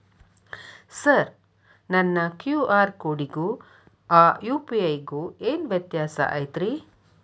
Sir ನನ್ನ QR ಕೊಡಿಗೂ ಆ ಯು.ಪಿ.ಐ ಗೂ ಏನ್ ವ್ಯತ್ಯಾಸ ಐತ್ರಿ?